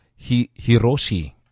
Hiroshi